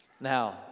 Now